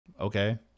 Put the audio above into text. okay